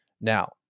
Now